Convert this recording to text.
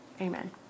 Amen